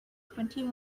twenty